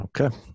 Okay